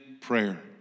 prayer